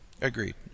Agreed